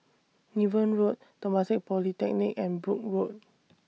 Niven Road Temasek Polytechnic and Brooke Road